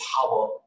power